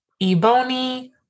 ebony